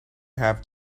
have